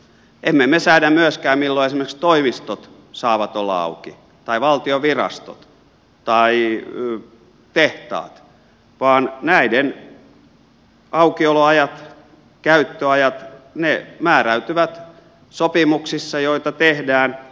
emme me säädä myöskään milloin esimerkiksi toimistot saavat olla auki tai valtion virastot tai tehtaat vaan näiden aukioloajat käyttöajat määräytyvät sopimuksissa joita tehdään